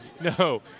No